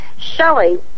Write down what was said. Shelly